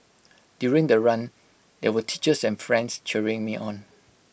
during the run there were teachers and friends cheering me on